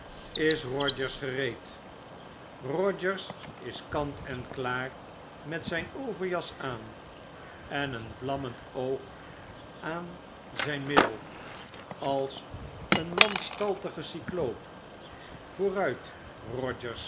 rogers gereed rogers is kant en klaar met zijn overjas aan en een vlammend oog aan zijn middel als een wanstaltige cycloop vooruit